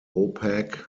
opaque